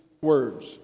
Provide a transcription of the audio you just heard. words